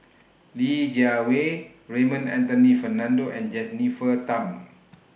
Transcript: Li Jiawei Raymond Anthony Fernando and Jennifer Tham